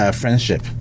friendship